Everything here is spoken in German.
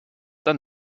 dann